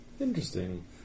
Interesting